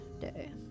day